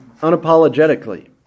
unapologetically